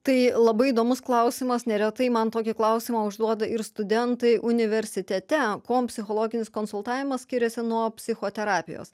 tai labai įdomus klausimas neretai man tokį klausimą užduoda ir studentai universitete kuom psichologinis konsultavimas skiriasi nuo psichoterapijos